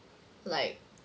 like